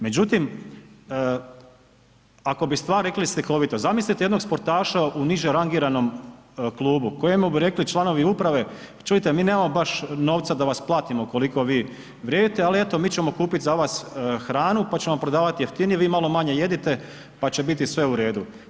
Međutim, ako bi stvar rekli slikovito, zamislite jednog sportaša u niže rangiranom klubu kojemu bi rekli članovi uprave, čujte, mi nemamo baš novca da vas platimo koliko vi vrijedite, ali eto mi ćemo kupit za vas hranu, pa ćemo prodavat jeftinije, vi malo manje jedite, pa će biti sve u redu.